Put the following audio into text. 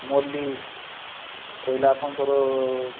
ମଲ୍ଲୀ ରହିଲା ଆପଣଙ୍କର